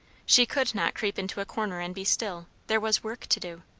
she could not creep into a corner and be still there was work to do.